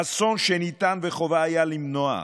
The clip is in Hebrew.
אסון שניתן וחובה היה למנוע.